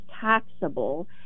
taxable